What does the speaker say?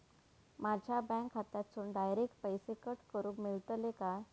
माझ्या बँक खात्यासून डायरेक्ट पैसे कट करूक मेलतले काय?